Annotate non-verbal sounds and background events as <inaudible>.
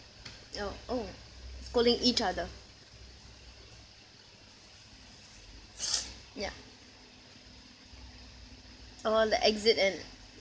oh oh scolding each other <breath> ya oh the exit and